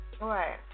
right